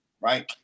right